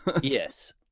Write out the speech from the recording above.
Yes